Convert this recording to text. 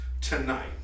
tonight